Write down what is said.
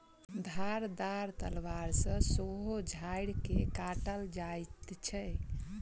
धारदार तलवार सॅ सेहो झाइड़ के काटल जाइत छै